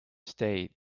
state